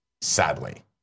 Sadly